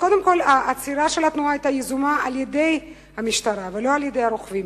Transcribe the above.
העצירה של התנועה היתה יזומה על-ידי המשטרה ולא על-ידי הרוכבים.